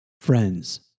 Friends